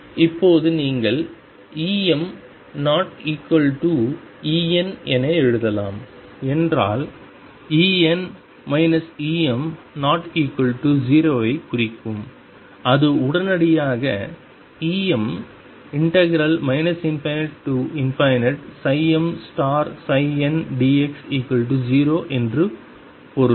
இப்போது நீங்கள் EmEn என எழுதலாம் என்றால் En Em≠0 ஐக் குறிக்கும் அது உடனடியாக Em ∞mndx0 என்று பொருள்